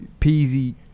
Peasy